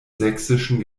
sächsischen